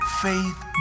faith